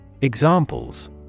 Examples